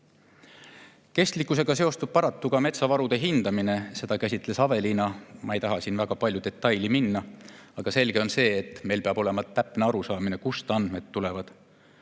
seostub paraku ka metsavarude hindamine. Seda käsitles Aveliina. Ma ei taha siin väga detaili minna, aga selge on see, et meil peab olema täpne arusaamine, kust andmed tulevad.